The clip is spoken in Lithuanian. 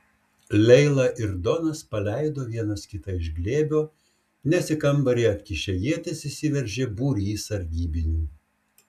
leila ir donas paleido vienas kitą iš glėbio nes į kambarį atkišę ietis įsiveržė būrys sargybinių